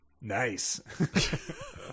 nice